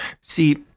see